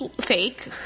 fake